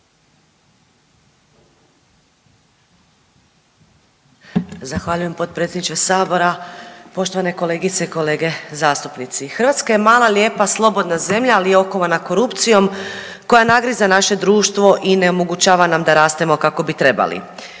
Zahvaljujem potpredsjedniče sabora. Poštovane kolegice i kolege zastupnici, Hrvatska je mala, lijepa slobodna zemlja ali je okovana korupcijom koja nagriza naše društvo i ne omogućava nam da rastemo kako bi trebali.